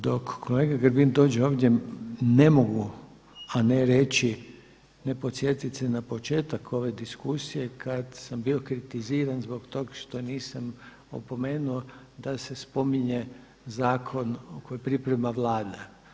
Dok kolega Grbin dođe ovdje ne mogu a ne reći, ne podsjetiti se na početak ove diskusije kada sam bio kritiziran zbog toga što nisam opomenuo da se spominje zakon koji priprema Vlada.